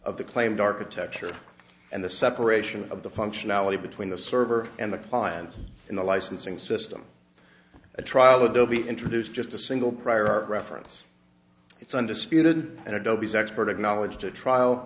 of the claimed architecture and the separation of the functionality between the server and the client in the licensing system a trial that they'll be introduced just a single prior art reference it's undisputed and adobe's expert acknowledged at trial